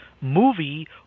movie